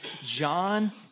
John